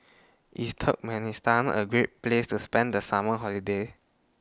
IS Turkmenistan A Great Place to spend The Summer Holiday